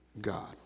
God